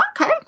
okay